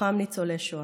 ובתוכם ניצולי שואה.